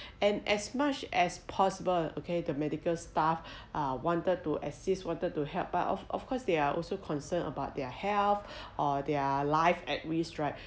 and as much as possible okay the medical staff uh wanted to assist wanted to help but of of course they are also concerned about their health or their life at risk right